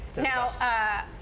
Now